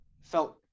felt